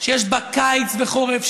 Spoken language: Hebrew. שיש בה קיץ וחורף,